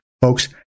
Folks